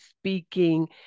speaking